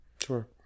sure